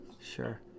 Sure